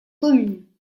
commune